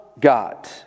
God